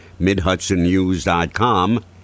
MidHudsonNews.com